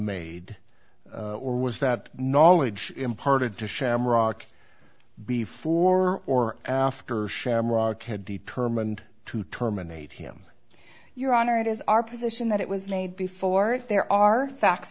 made or was that knowledge imparted to shamrock before or after shamrock had determined to terminate him your honor it is our position that it was made before there are facts